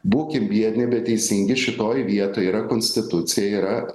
būkim biedni bet teisingi šitoj vietoj yra konstitucija yra